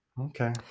Okay